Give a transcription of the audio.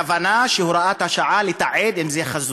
הכוונה של הוראת השעה היא לתעד את החקירה,